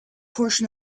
portion